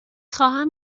خواهم